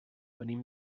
venim